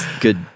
Good